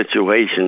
situations